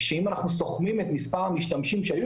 כשאם אנחנו סוכמים את מספר המשתמשים שהיו